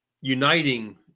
uniting